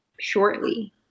shortly